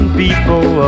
people